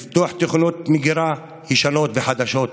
לפתוח תוכניות מגירה ישנות וחדשות,